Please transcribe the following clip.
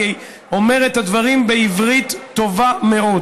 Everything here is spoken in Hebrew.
אני אומר את הדברים בעברית טובה מאוד.